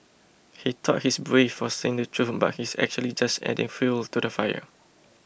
he thought he's brave for saying the truth but he's actually just adding fuel to the fire